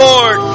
Lord